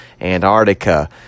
Antarctica